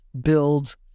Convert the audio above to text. build